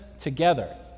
together